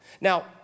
Now